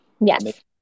yes